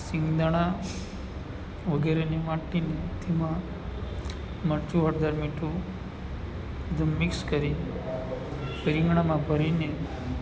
શિંગદાણા વગેરેની વાટીને ઘીમા મરચું હળદર મીઠું બધું મિક્સ કરી રીંગણામાં ભરીને